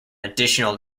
additional